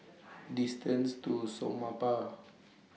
distance to Somapah